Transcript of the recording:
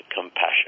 compassion